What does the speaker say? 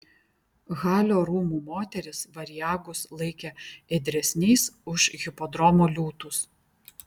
halio rūmų moterys variagus laikė ėdresniais už hipodromo liūtus